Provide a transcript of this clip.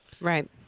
Right